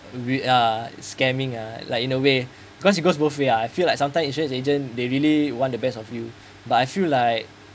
we uh scamming uh like in a way because it goes both way uh I feel like sometimes insurance agent they really want the best of you but I feel like